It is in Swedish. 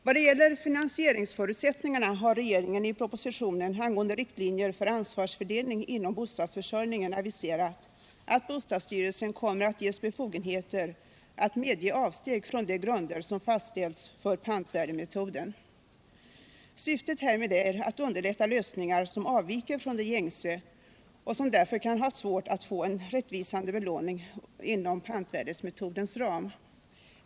Vad gäller finansieringsförutsättningarna har regeringen i propositionen angående riktlinjer för ansvarsfördelning inom bostadsförsörjningen aviserat att bostadsstyrelsen kommer att ges befogenheter att medge avsteg från de grunder som fastställts för pantvärdemetoden. Syftet härmed är att underlätta lösningar som avviker från de gängse och som därför kan ha svårt att få en rättvisande belåning inom pantvärdemetodens ram.